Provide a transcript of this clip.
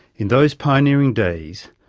in those pioneering days,